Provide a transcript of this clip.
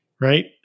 right